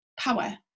power